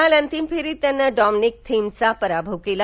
काल अंतिम फेरीत त्यानं डॉमनिक थिमचा पराभव केला